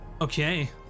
Okay